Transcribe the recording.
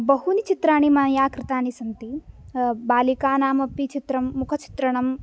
बहूनि चित्राणि मया कृतानि सन्ति बालिकानाम् अपि चित्रं मुखचित्रणं